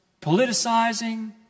politicizing